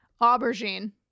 aubergine